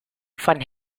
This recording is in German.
von